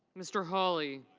mr. holly